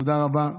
תודה רבה.